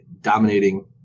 dominating